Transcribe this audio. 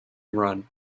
run